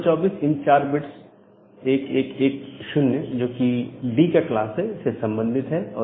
224 इन चार बिट्स 1110 जोकि D का क्लास है से संबंधित है